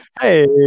hey